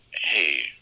hey –